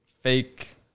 fake